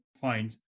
find